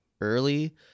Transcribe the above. early